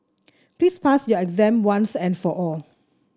please pass your exam once and for all